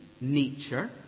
nature